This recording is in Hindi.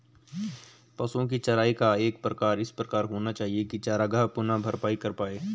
पशुओ की चराई का प्रकार इस प्रकार होना चाहिए की चरागाह पुनः भरपाई कर पाए